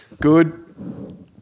Good